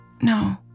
No